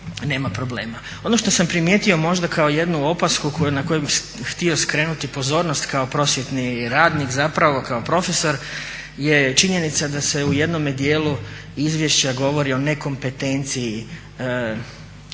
Ono što sam primijetio možda kao jednu opasku na koju bih htio skrenuti pozornost kao prosvjetni radnik, zapravo kao profesor, je činjenica da se u jednome dijelu izvješća govori o nekompetenciji školskog,